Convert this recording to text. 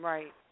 Right